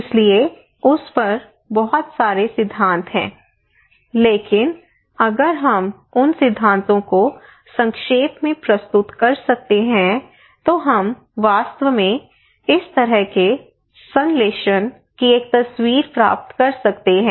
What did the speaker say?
इसलिए उस पर बहुत सारे सिद्धांत हैं लेकिन अगर हम उन सिद्धांतों को संक्षेप में प्रस्तुत कर सकते हैं तो हम वास्तव में इस तरह के संश्लेषण की एक तस्वीर प्राप्त कर सकते हैं